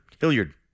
Hilliard